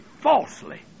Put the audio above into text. falsely